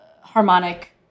harmonic